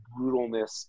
brutalness